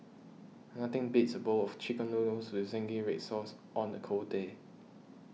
nothing beats a bowl of Chicken Noodles with Zingy Red Sauce on a cold day